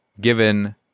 given